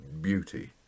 beauty